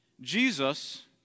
Jesus